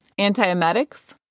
antiemetics